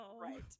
Right